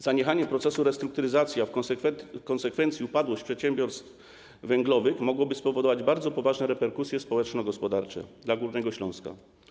Zaniechanie procesu restrukturyzacji, a w konsekwencji upadłość przedsiębiorstw węglowych mogłyby spowodować bardzo poważne reperkusje społeczno-gospodarcze dla Górnego Śląska.